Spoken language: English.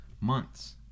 months